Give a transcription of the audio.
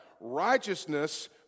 righteousness